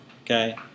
okay